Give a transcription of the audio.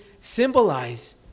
symbolize